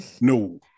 No